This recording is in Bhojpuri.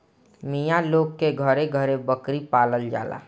मिया लोग के घरे घरे बकरी पालल जाला